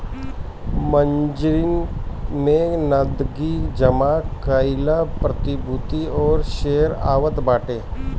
margin में नगदी जमा कईल प्रतिभूति और शेयर आवत बाटे